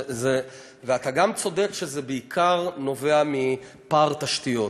אתה גם צודק שזה בעיקר נובע מפער תשתיות.